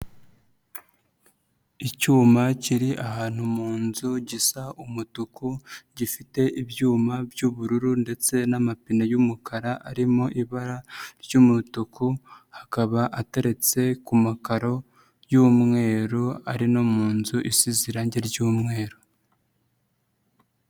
Icyuma kiri ahantu mu nzu gisa umutuku gifite ibyuma by'ubururu ndetse n'amapine y'umukara arimo ibara ry'umutuku, akaba ateretse ku makaro y'umweru ari no mu nzu isize irange ry'umweru.